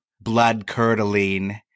blood-curdling